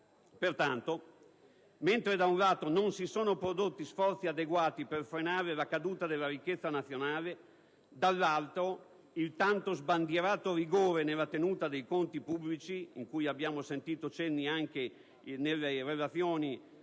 Pertanto, mentre da un lato non si sono prodotti sforzi adeguati per frenare la caduta della ricchezza nazionale, dall'altro il tanto sbandierato rigore nella tenuta dei conti pubblici, di cui abbiamo sentito cenni anche nella relazione